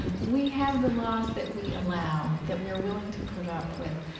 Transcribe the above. ah we have the laws that we allow, that we're willing to put up with.